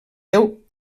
deu